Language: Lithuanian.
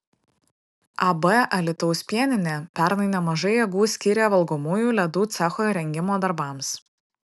ab alytaus pieninė pernai nemažai jėgų skyrė valgomųjų ledų cecho įrengimo darbams